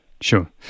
Sure